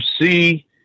see